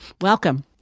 Welcome